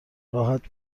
راحت